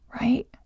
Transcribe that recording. Right